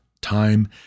time